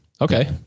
okay